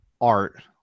art